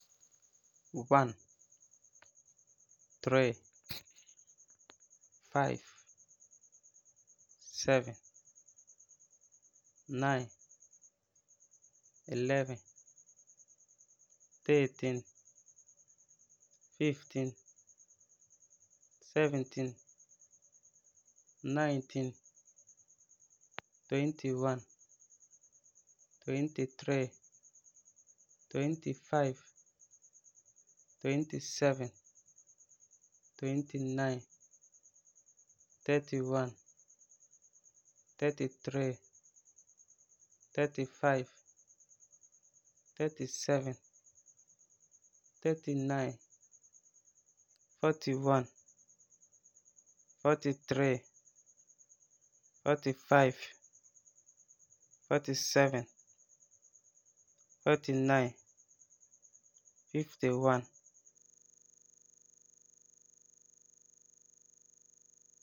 One, three, five, seven, nine, eleven, thirteen, fifteen, seventeen, nineteen, twenty-one, twenty-three, twenty-five, twenty-seven, twenty-nine, thirty-one, thirty-three, thirty-five, thirty-seven, thirty-nine, forty-one, forty-three, forty-five, forty-seven, forty-nine, fifty-one.